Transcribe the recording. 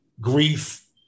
grief